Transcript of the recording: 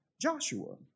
Joshua